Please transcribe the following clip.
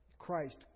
Christ